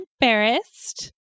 embarrassed